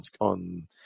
on